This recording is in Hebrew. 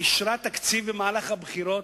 אישרה תקציב במהלך הבחירות,